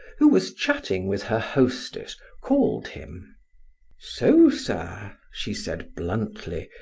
who was chatting with her hostess, called him so, sir, she said bluntly,